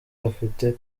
bafite